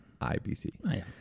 IBC